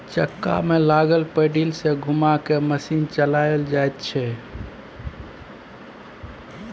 चक्का में लागल पैडिल सँ घुमा कय मशीन चलाएल जाइ छै